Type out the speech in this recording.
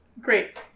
Great